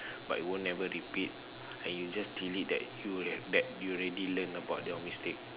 but you will never repeat and you just delete that you'll have bad you already learn about your mistake